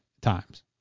times